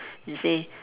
you see